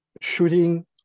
shooting